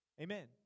Amen